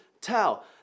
tell